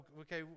okay